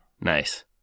Nice